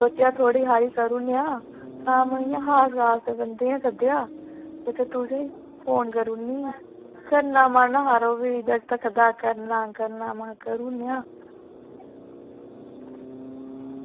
सोचेआ थोह्ड़ी हारी करी ओड़ने आं धाम इ'यां खास खास बंदे गी गै सद्देआ ते तुसेंगी फोन करी ओड़नी आं करना मन हा यरो फ्ही जागत आक्खा दा करना करना महां करी ओड़ने आं